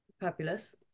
Fabulous